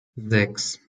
sechs